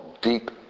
Deep